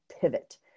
pivot